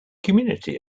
community